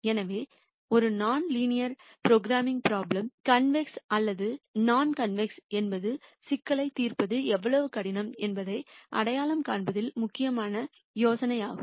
எனவே ஒரு நான் லீனியர் ப்ரோக்ராமிங் ப்ரோப்லேம் கான்வேக்ஸ் அல்லது நான் கான்வேக்ஸ் என்பது சிக்கலைத் தீர்ப்பது எவ்வளவு கடினம் என்பதை அடையாளம் காண்பதில் முக்கியமான யோசனையாகும்